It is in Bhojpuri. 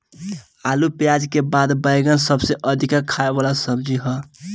आलू पियाज के बाद बैगन सबसे अधिका खाए वाला सब्जी हअ